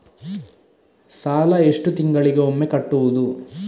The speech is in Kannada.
ಸಾಲ ಎಷ್ಟು ತಿಂಗಳಿಗೆ ಒಮ್ಮೆ ಕಟ್ಟುವುದು?